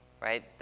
right